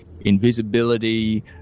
invisibility